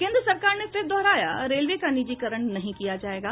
केन्द्र सरकार ने फिर दोहराया रेलवे का निजीकरण नहीं किया जायेगा